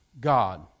God